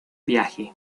viaje